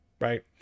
right